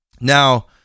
Now